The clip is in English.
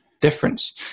difference